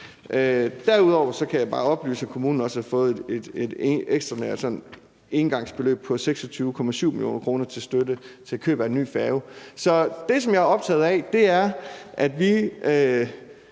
Derudover kan jeg også bare oplyse, at kommunen har fået et ekstraordinært engangsbeløb på 26,7 mio. kr. til køb af en ny færge. Så det, som jeg er optaget af, er, at vi